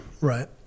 Right